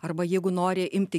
arba jeigu nori imti